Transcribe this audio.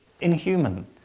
inhuman